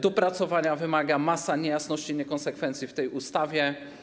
Dopracowania wymaga masa niejasności i niekonsekwencji w tej ustawie.